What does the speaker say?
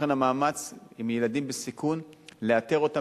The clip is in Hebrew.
לכן המאמץ עם ילדים בסיכון הוא לאתר אותם